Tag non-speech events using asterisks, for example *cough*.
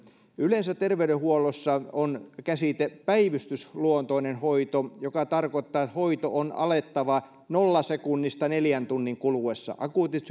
yleensä terveydenhuollossa on käsite päivystysluontoinen hoito joka tarkoittaa että hoito on alettava nollasta sekunnista neljän tunnin kuluessa akuutit *unintelligible*